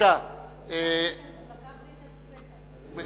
הוא לקח לי את הנושא.